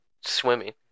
swimming